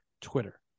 twitter